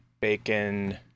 bacon